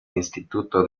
instituto